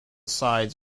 sides